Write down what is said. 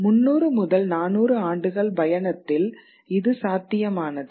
300 முதல் 400 ஆண்டுகள் பயணத்தில் இது சாத்தியமானது